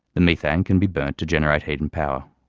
the methane can be burnt to generate heat and power.